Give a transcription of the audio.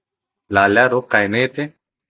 लाल्या रोग कायनं येते?